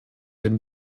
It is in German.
den